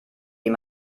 ihm